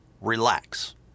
relax